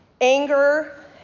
anger